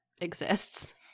exists